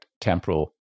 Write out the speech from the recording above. temporal